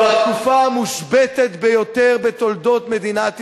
זו התקופה המושבתת ביותר בתולדות מדינת ישראל.